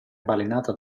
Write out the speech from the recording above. balenata